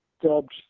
dubbed